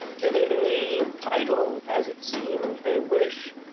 giving me title as it seemed they wish.